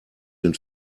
den